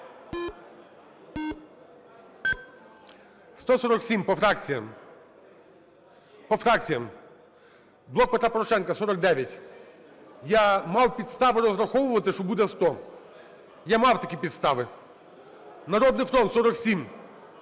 По фракціях. "Блок Петра Порошенка" – 49. Я мав підстави розраховувати, що буде 100. Я мав такі підстави! "Народний фронт" – 47.